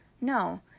no